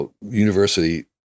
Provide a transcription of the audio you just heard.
university